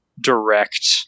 direct